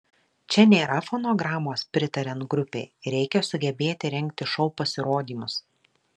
čia nėra fonogramos pritariant grupei reikia sugebėti rengti šou pasirodymus